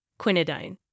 quinidine